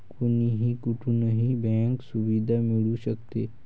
कोणीही कुठूनही बँक सुविधा मिळू शकते